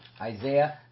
Isaiah